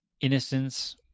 Innocence